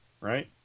Right